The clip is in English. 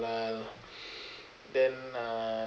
halal then uh